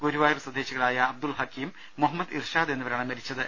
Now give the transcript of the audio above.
ഗുരുവായൂർ സ്വദേശികളായ അബ്ദുൾ ഹക്കീം മുഹമ്മദ് ഇർഷാദ് എന്നിവരാണ് മരിച്ചത്